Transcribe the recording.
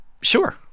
Sure